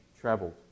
traveled